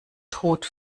tod